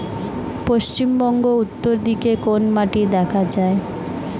পশ্চিমবঙ্গ উত্তর দিকে কোন মাটি দেখা যায়?